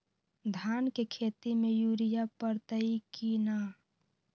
धान के खेती में यूरिया परतइ कि न?